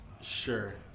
Sure